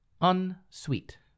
Unsweet